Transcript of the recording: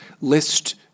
list